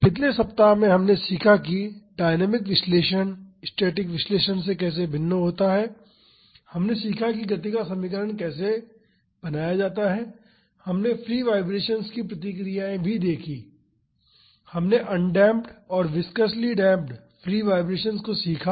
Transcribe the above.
पिछले सप्ताह में हमने सीखा कि डायनामिक विश्लेषण स्टैटिक विश्लेषण से कैसे भिन्न होता है हमने सीखा कि गति का समीकरण कैसे बनाया जाता है हमने फ्री वाईब्रेशन्स की प्रतिक्रियाएँ भी सीखीं हमने अनडेम्प्ड और विसकसली डेम्प्ड फ्री वाईब्रेशन्स को सीखा